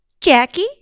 Jackie